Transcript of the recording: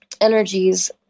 energies